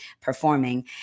performing